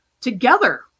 together